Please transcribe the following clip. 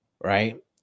right